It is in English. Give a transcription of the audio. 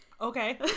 Okay